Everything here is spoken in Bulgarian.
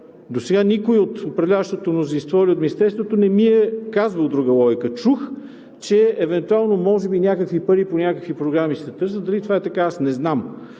Досега никой от управляващото мнозинство или от Министерството не ми е казвал друга логика. Чух, че евентуално може би някакви пари по някакви програми се търсят. Дали това е така, аз не знам.